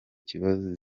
kibazo